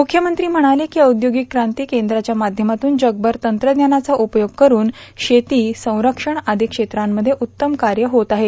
मुख्यमंत्री म्हणाले औदर्योगिक क्रांती कद्राच्या माध्यमातून जगभर तंत्रज्ञानाचा उपयोग करून शेती संरक्षण आदो क्षेत्रांमध्ये उत्तम काय होत आहे